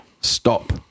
Stop